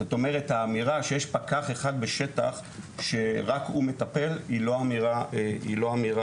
זאת אומרת האמירה שיש פקח אחד לשטח שרק הוא מטפל היא לא אמירה מדויקת.